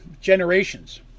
generations